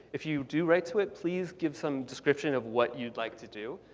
if you do write to it, please give some description of what you'd like to do.